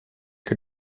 que